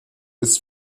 ist